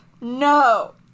No